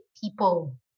people